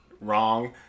wrong